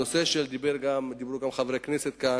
הנושא שחברי כנסת דיברו עליו כאן,